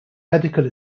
medical